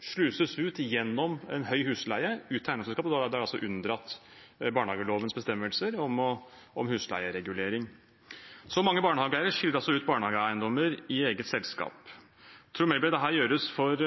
sluses ut – til eiendomsselskapet gjennom en høy husleie, og da har man omgått barnehagelovens bestemmelser om husleieregulering. Så mange barnehageeiere skiller ut barnehageeiendommer i et eget selskap. Tror statsråd Melby at dette gjøres for